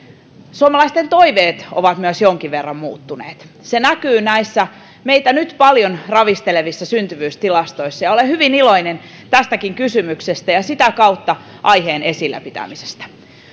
suomalaisten toiveet ovat myös jonkin verran muuttuneet se näkyy näissä meitä nyt paljon ravistelevissa syntyvyystilastoissa ja olen hyvin iloinen tästäkin kysymyksestä ja sitä kautta aiheen esillä pitämisestä